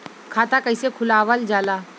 खाता कइसे खुलावल जाला?